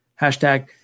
hashtag